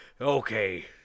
Okay